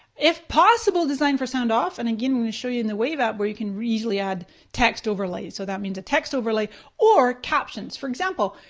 if possible designed for sound off. and again, we'll show you in the wave app where you can easily add text overlay. so that means a text overlay or captions. for example,